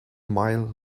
mile